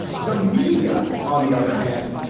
the media, on the other hand,